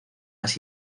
las